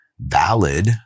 valid